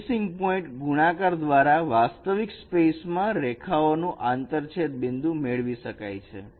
vanishing point ગુણાકાર દ્વારા વાસ્તવિક સ્પેસમાં રેખાઓનું આંતરછેદ બિંદુ મેળવી શકાય છે